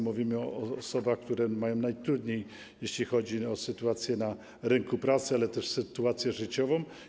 Mówimy o osobach, które mają najtrudniej, jeśli chodzi o sytuację na rynku pracy, ale też sytuację życiową.